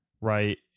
right